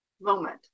moment